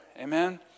Amen